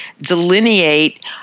delineate